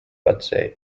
katse